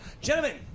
gentlemen